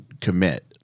commit